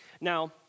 Now